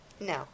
No